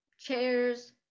chairs